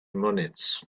minutes